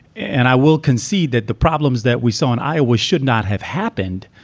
and i will concede that the problems that we saw in iowa should not have happened.